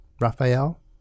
Raphael